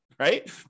right